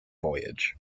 voyage